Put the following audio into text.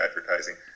advertising